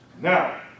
Now